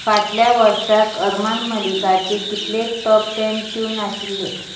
फाटल्या वर्साक अर्मान मलीकाचे कितले टॉप टॅन ट्यून आशिल्ले